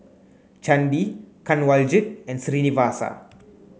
Chandi Kanwaljit and Srinivasa